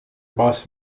bus